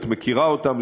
את מכירה אותן,